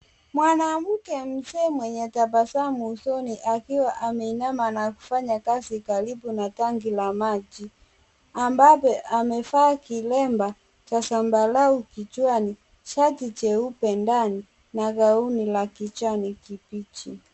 Mwanamke mzee mwenye tabasamu usoni akiwa ameinama na kufanya kazi karibu na tanki la maji ambapo amevaa kilemba cha zambarau kichwani, shati jeupe ndani na gauni la kijani kibichi.